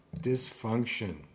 dysfunction